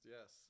Yes